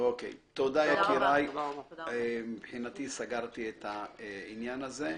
בטרם אנחנו ברשותכם נפתח את הדיון שלשמו התכנסנו: